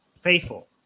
faithful